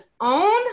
own